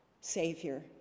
Savior